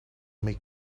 make